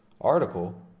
article